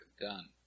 done